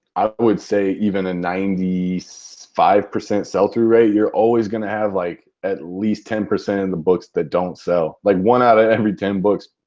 i would say, even a ninety so five percent sell through rate. you're always going to have like at least ten percent in the books that don't sell like one out of ah every ten books.